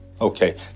Okay